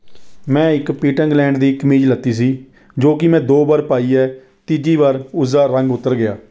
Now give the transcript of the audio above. ਮੈਂ ਇੱਕ Peter England ਦੀ ਕਮੀਜ਼ ਲੱਤੀ ਸੀ ਜੋ ਕਿ ਮੈਂ ਦੋ ਵਾਰ ਪਾਈ ਹੈ ਤੀਜੀ ਵਾਰ ਉਸ ਦਾ ਰੰਗ ਉੱਤਰ ਗਿਆ